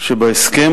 שבהסכם